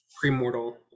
pre-mortal